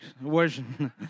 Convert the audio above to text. version